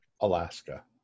Alaska